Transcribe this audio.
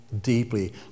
deeply